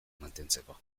mantentzeko